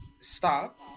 stop